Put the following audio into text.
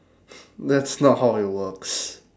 that's not how it works